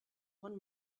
one